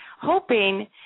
hoping